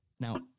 Now